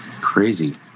crazy